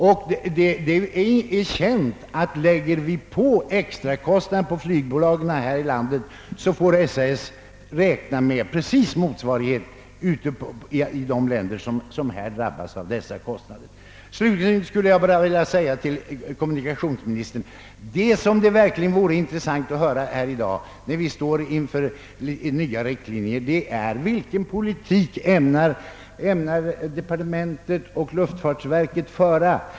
Det är känt att om vi lägger på extra kostnader på flygtrafiken här i landet, får SAS räkna med motsvarande pålägg i de länder som drabbas av dessa kostnader. Slutligen vill jag säga till kommunikationsministern: Det som verkligen vore intressant att få höra när vi nu står inför nya riktlinjer är vilken politik departementet och luftfartsverket ämnar föra.